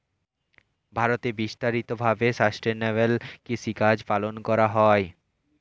ভারতে বিস্তারিত ভাবে সাসটেইনেবল কৃষিকাজ পালন করা হয়